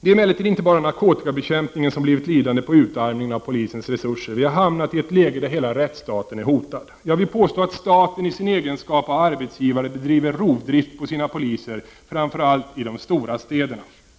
Det är emellertid inte bara narkotikabekämpningen som blivit lidande på utarmningen av polisens resurser. Vi har hamnat i ett läge där hela rättsstaten är hotad. Jag vill påstå att staten i sin egenskap av arbetsgivare bedriver rovdrift på sina poliser, framför allt i de stora städerna. Fru